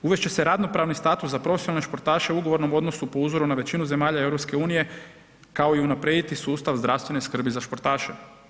Uvest će se radnopravni status za profesionalne športaše ugovornom odnosu po uzoru na većinu zemalja EU, kao i unaprijediti sustav zdravstvene skrbi za športaše.